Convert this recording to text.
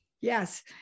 Yes